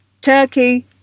Turkey